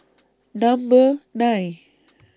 Number nine